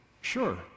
sure